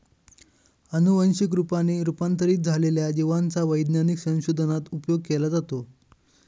अनुवंशिक रूपाने रूपांतरित झालेल्या जिवांचा वैज्ञानिक संशोधनात उपयोग केला जातो